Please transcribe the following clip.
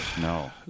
No